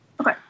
Okay